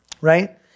right